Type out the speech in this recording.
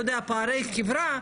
פערי חברה.